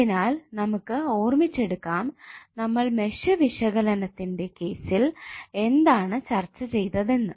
അതിനാൽ നമുക്ക് ഓർമ്മിച്ചെടുകാം നമ്മൾ മെഷ് വിശകലനത്തിന്റെ കേസിൽ എന്താണ് ചർച്ച ചെയ്തതെന്ന്